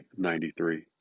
93